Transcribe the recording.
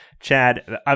Chad